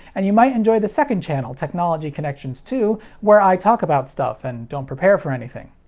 and you might enjoy the second channel, technology connection two, where i talk about stuff and don't prepare for anything.